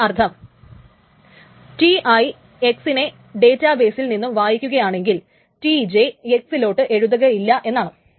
അതിന്റെ അർത്ഥം Ti x നെ ഡേറ്റാ ബെയ്സിൽ നിന്നും വായിക്കുകയാണെങ്കിൽ Tj x ലോട്ട് എഴുതുകയില്ല എന്നാണ്